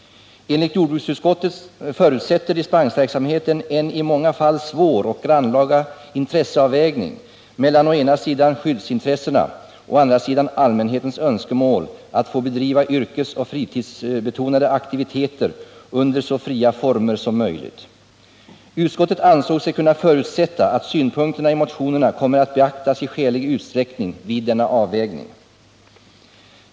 Enligt jordbruksutskottet förutsätter dispensverksamheten en i många fall svår och grannlaga intresseavvägning mellan å ena sidan skyddsintressena och å andra sidan allmänhetens önskemål att få bedriva yrkeseller fritidsbetonade aktiviteter under så fria former som möjligt. Utskottet ansåg sig kunna förutsätta att synpunkterna i motionerna kommer att beaktas i skälig utsträckning vid denna avvägning.